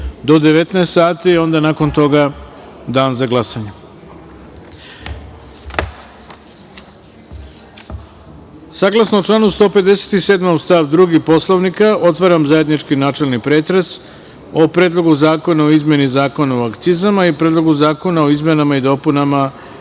do 19.00 sati, a onda nakon toga dan za glasanje. Saglasno članu 157. stav 2. Poslovnika, otvaram zajednički načelni pretres o Predlogu zakona o izmeni Zakona o akcizama i Predlogu zakona o izmenama i dopunama